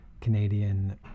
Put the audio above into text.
Canadian